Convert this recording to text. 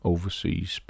Overseas